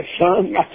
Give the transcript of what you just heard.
son